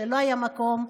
שאין לזה מקום,